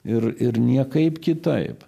ir ir niekaip kitaip